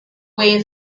way